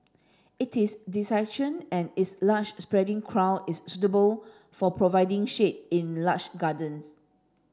it is and its large spreading crown is suitable for providing shade in large gardens